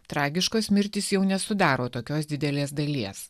tragiškos mirtys jau nesudaro tokios didelės dalies